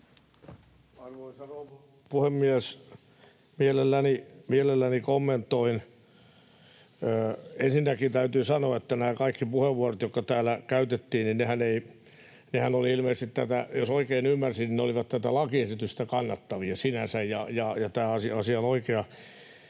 Arvoisa rouva puhemies! Mielelläni kommentoin. Ensinnäkin täytyy sanoa, että nämä kaikki puheenvuorot, jotka täällä käytettiin, olivat ilmeisesti, jos oikein ymmärsin, tätä lakiesitystä kannattavia sinänsä, ja tämä asia on oikea.